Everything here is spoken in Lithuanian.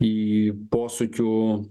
į posūkių